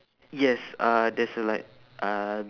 yes uh there's a like uh